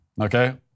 okay